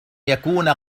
يكون